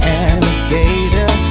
alligator